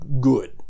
good